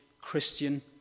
Christian